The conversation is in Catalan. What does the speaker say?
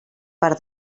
per